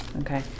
Okay